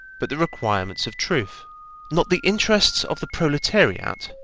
but the requirements of truth not the interests of the proletariat,